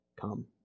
come